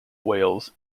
wales